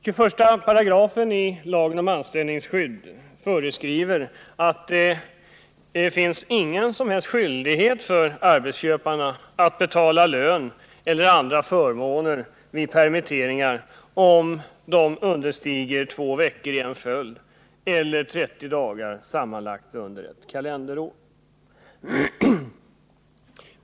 21 § lagen om anställningsskydd föreskriver att det finns ingen som helst skyldighet för arbetsköparna att betala lön eller svara för andra förmåner vid permitteringar, om de understiger två veckor i en följd eller 30 dagar sammanlagt under ett kalenderår.